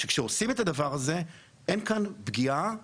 שכשעושים את הדבר הזה אין פגיעה באחרים.